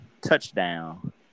touchdown